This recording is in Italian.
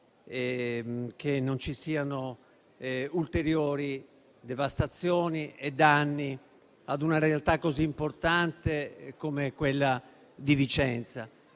che non ci siano ulteriori devastazioni e danni ad una realtà importante come quella di Vicenza.